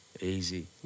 Easy